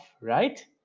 right